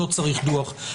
לא צריך דוח.